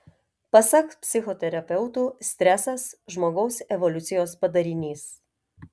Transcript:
pasak psichoterapeutų stresas žmogaus evoliucijos padarinys